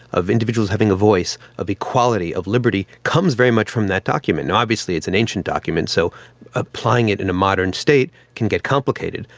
of individuals having a voice, of equality, of liberty, comes very much from that document. obviously obviously it's an ancient document so applying it in a modern state can get complicated.